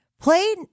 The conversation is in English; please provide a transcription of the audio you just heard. Play